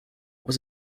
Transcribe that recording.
was